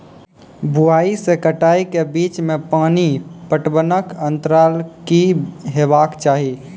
बुआई से कटाई के बीच मे पानि पटबनक अन्तराल की हेबाक चाही?